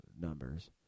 numbers